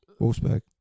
Wolfsburg